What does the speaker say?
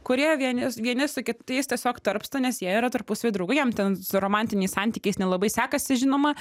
kurie vieni vieni su kitais tiesiog tarpsta nes jie yra tarpusavy draugai jiem ten su romantiniais santykiais nelabai sekasi žinoma